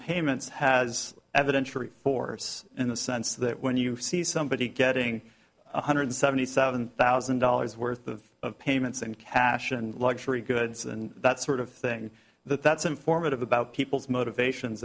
payments has evidence for force in the sense that when you see somebody getting one hundred seventy seven thousand dollars worth of payments and cash and luxury goods and that sort of thing that that's informative about people's motivations